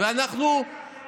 תילחם בפשע, תילחם בפשע.